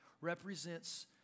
represents